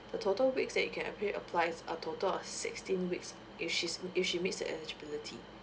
the total weeks that you can appeal applies are total of sixteen weeks if she's if she meets the eligibilty